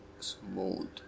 smooth